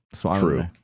True